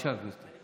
בבקשה, גברתי.